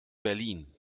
berlin